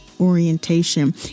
orientation